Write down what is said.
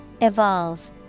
Evolve